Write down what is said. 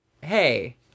hey